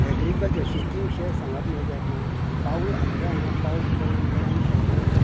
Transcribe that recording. agriculture शेती विशय सांगप म्हळें जायत न्ही पाव आमगे हांगा पावस पडले नंतर आमी शेत रोंयतात